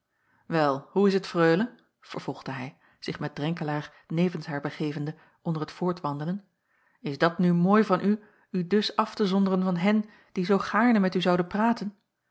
wel hoe is het freule vervolgde hij zich met drenkelaer nevens haar begevende onder t voortwandelen is dat nu mooi van u u dus af te zonderen van hen die zoo gaarne met u zouden praten